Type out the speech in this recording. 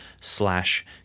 slash